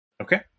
Okay